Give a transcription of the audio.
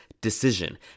decision